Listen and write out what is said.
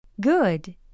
Good